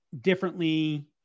differently